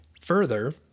Further